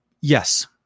yes